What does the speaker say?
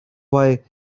why